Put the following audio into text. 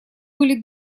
были